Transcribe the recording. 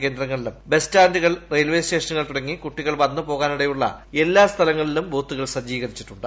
കേന്ദ്രങ്ങളിലും ബസ് സ്റ്റാന്റുകൾ റെയിൽവേ സ്റ്റേഷനുകൾ തുടങ്ങി കുട്ടികൾ വന്നു പോകാനിട്ടയുളള എല്ലാ സ്ഥലങ്ങളിലും ബൂത്തുകൾ സജ്ജീകരിച്ചിട്ടുണ്ട്